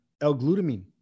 L-glutamine